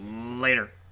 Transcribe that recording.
Later